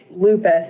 lupus